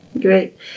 Great